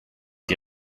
die